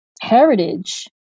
heritage